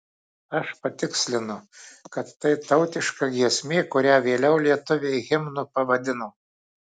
aš patikslinu kad tai tautiška giesmė kurią vėliau lietuviai himnu pavadino